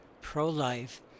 pro-life